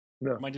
No